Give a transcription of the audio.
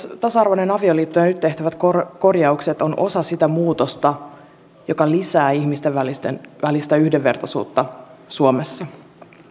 tasa arvoinen avioliitto ja nyt tehtävät korjaukset ovat osa sitä muutosta joka lisää ihmisten välistä yhdenvertaisuutta suomessa